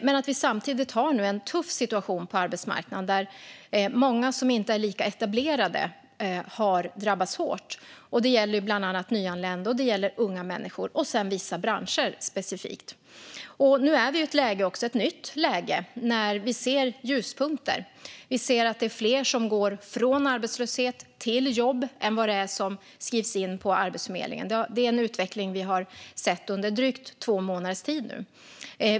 Men samtidigt har vi nu en tuff situation på arbetsmarknaden, där många som inte är lika etablerade har drabbats hårt. Det gäller bland annat nyanlända och unga människor, och det gäller specifikt vissa branscher. Nu är vi i ett nytt läge, där vi ser ljuspunkter. Vi ser att det är fler som går från arbetslöshet till jobb än det är som skrivs in på Arbetsförmedlingen. Det är en utveckling vi har sett under drygt två månaders tid nu.